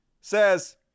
says